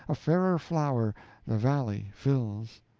a fairer flower the valley fills.